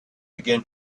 began